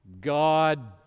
God